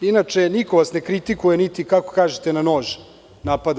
Inače, niko vas ne kritikuje niti, kako kažete, na nož napada.